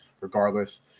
regardless